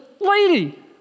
Lady